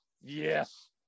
yes